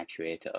actuator